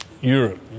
Europe